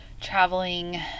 traveling